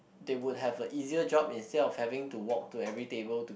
they would have a easier job instead of having to walk to every table